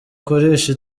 kurisha